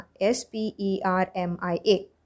S-P-E-R-M-I-A